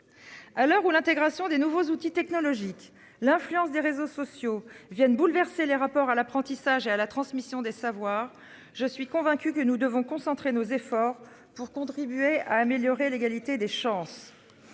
À l'heure où l'intégration des nouveaux outils technologiques. L'influence des réseaux sociaux viennent bouleverser les rapports à l'apprentissage et à la transmission des savoirs. Je suis convaincu que nous devons concentrer nos efforts pour contribuer à améliorer l'égalité des chances.